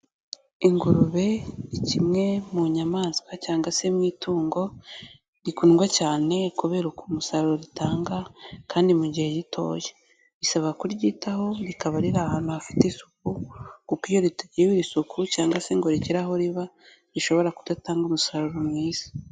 Ingurube kimwe mu nyamaswa cyangwa se mu itungo rikundwa cyane kubera umusaruro ritanga kandi mu gihe gitoya, bisaba kuryitaho rikaba riri ahantu hafite isuku kuko iyo ritagiriwe isuku cyangwa se ngo rigire aho riba rishobora kudatanga umusaruro mwiza.